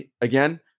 again